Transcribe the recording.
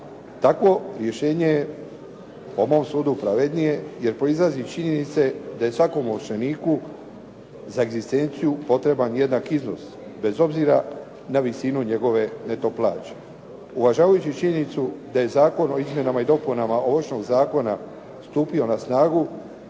Takvo rješenje je po mom sudu pravednije jer proizlazi iz činjenice da je svakom ovršeniku za egzistenciju potreban jednak iznos bez obzira na visinu njegove neto plaće. Uvažavajući činjenicu da je Zakon o izmjenama i dopunama Ovršnog zakona stupio na snagu